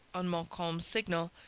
on montcalm's signal,